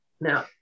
Now